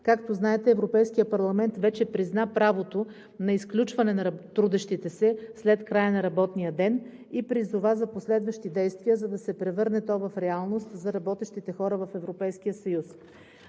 Както знаете, Европейският парламент вече призна правото на изключване на трудещите се след края на работния ден и призова за последващи действия, за да се превърне то в реалност за работещите хора в Европейския съюз.